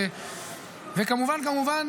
וכמובן כמובן,